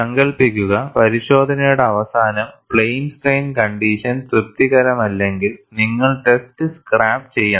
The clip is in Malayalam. സങ്കൽപ്പിക്കുക പരിശോധനയുടെ അവസാനം പ്ലെയിൻ സ്ട്രെയിൻ കണ്ടീഷൻ തൃപ്തികരമല്ലെങ്കിൽ നിങ്ങൾ ടെസ്റ്റ് സ്ക്രാപ്പ് ചെയ്യണം